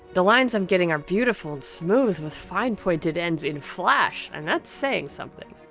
the lines i'm getting are beautiful and smooth with fine pointed ends in flash. and that's saying something.